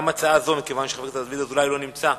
גם הצעה זו, כיוון שחבר הכנסת דוד אזולאי לא נמצא,